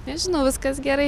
nežinau viskas gerai